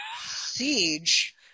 siege